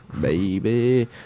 Baby